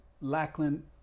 Lackland